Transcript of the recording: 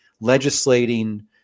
legislating